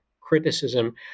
criticism